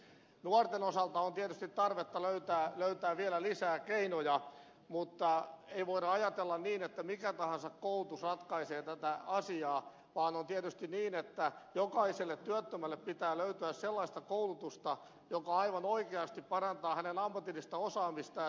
nuorten osalta on tietysti tarvetta löytää vielä lisää keinoja mutta ei voida ajatella niin että mikä tahansa koulutus ratkaisee tätä asiaa vaan on tietysti niin että jokaiselle työttömälle pitää löytyä sellaista koulutusta joka aivan oikeasti parantaa hänen ammatillista osaamistaan ja työelämävalmiuksiaan